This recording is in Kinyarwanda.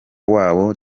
wabo